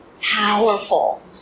Powerful